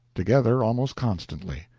together almost constantly.